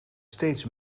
steeds